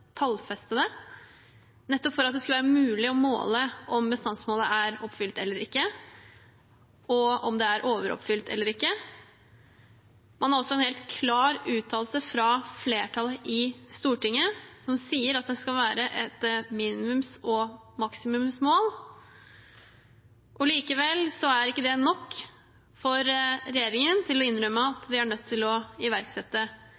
tallfeste det – nettopp for at det skulle være mulig å måle om bestandsmålet er oppfylt eller ikke, og om det er overoppfylt eller ikke. Man har en helt klar uttalelse fra flertallet i Stortinget som sier at det skal være et minimums- og et maksimumsmål. Likevel er ikke det nok for regjeringen til å innrømme at vi er nødt til å iverksette